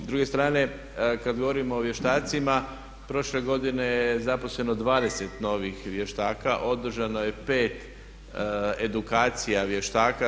S druge strane kad govorimo o vještacima prošle godine je zaposleno 20 novih vještaka, održano je 5 edukacija vještaka.